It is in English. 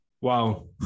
Wow